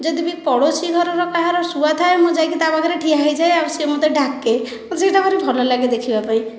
ଯଦି ବି ପଡ଼ୋଶୀ ଘରର କାହାର ଶୁଆ ଥାଏ ତା'ହେଲେ ମୁଁ ଯାଇକି ତା'ପାଖରେ ଠିଆ ହୋଇଯାଏ ଆଉ ସେ ମୋତେ ଡାକେ ମୋତେ ସେହିଟା ଭାରି ଭଲ ଲାଗେ ଦେଖିବା ପାଇଁ